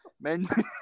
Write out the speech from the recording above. Men